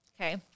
okay